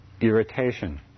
irritation